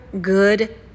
good